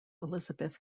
elizabeth